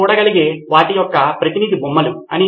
సిద్ధార్థ్ మాతురి కాబట్టి మొత్తం పట్టిక రిపోజిటరీలో ఉండాలి